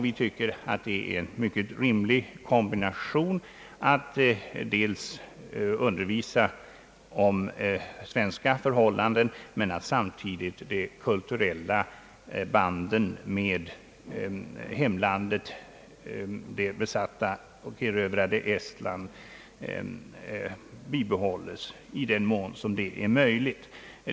Vi tycker att det är en mycket rimlig kombination att undervisa om svenska förhållanden men samtidigt bibehålla de kulturella banden med hemlandet — det besatta och erövrade Estland — i den mån detta är möjligt.